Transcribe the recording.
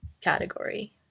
category